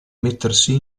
mettersi